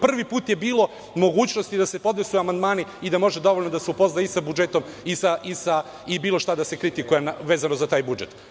Prvi put je bilo mogućnosti da se podnesu amandmani i da može dovoljno da se upozna i sa budžetom i bilo šta da se kritikuje vezano za taj budžet.